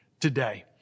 today